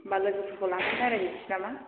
होमब्ला लोगोफोरखौ लानानै रायज्लायहैसै नामा